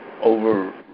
over